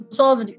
solve